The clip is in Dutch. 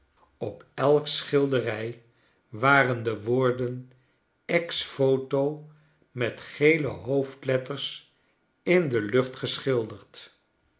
op elke schilderij waren de woorden ex voto met gele hoofdletters in de lucht geschilderd